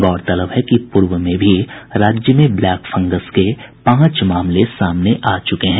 गौरतलब है कि पूर्व में भी राज्य में ब्लैक फंगस के पांच मामले सामने आ चुके हैं